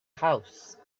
house